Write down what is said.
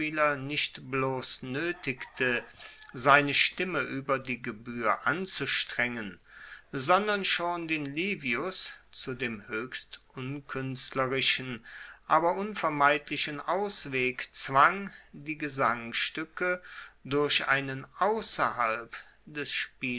nicht bloss noetigte seine stimme ueber die gebuehr anzustrengen sondern schon den livius zu dem hoechst unkuenstlerischen aber unvermeidlichen ausweg zwang die gesangstuecke durch einen ausserhalb des